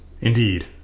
Indeed